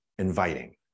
inviting